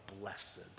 blessed